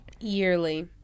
Yearly